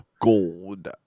gold